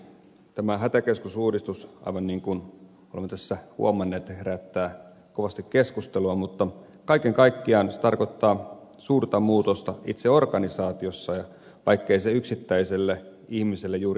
tämä hätäkeskusuudistus aivan niin kuin olemme tässä huomanneet herättää kovasti keskustelua mutta kaiken kaikkiaan se tarkoittaa suurta muutosta itse organisaatiossa vaikkei se yksittäiselle ihmiselle juuri näyttäydykään